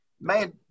Man